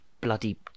bloody